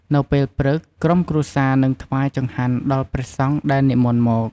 នៅពេលព្រឹក ក្រុមគ្រួសារនឹង ថ្វាយចង្ហាន់ ដល់ព្រះសង្ឃដែលនិមន្តមក។